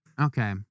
Okay